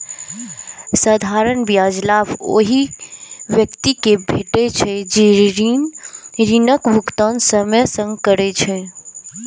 साधारण ब्याजक लाभ ओइ व्यक्ति कें भेटै छै, जे ऋणक भुगतान समय सं करै छै